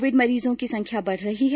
Covid मरीजों की संख्या बढ़ रही है